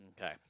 okay